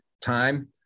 time